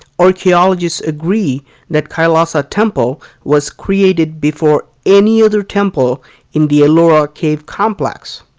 archeologists agree that kailasa temple was created before any other temple in the ellora cave complex.